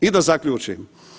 I da zaključim.